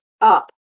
up